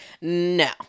no